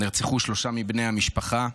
נרצחו שלושה מבני המשפחה.